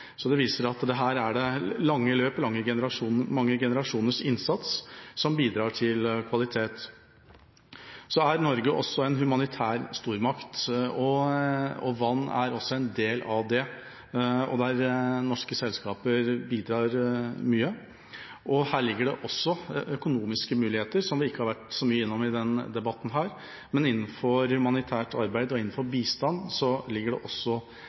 Det viser at det er lange løp og mange generasjoners innsats som bidrar til kvalitet. Norge er en humanitær stormakt. Vann er en del av det, og norske selskaper bidrar mye. Her ligger det også økonomiske muligheter, noe vi ikke har vært så mye innom i denne debatten – dessverre, kan vi si – men innenfor humanitært arbeid og bistand ligger det